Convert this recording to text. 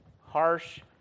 harsh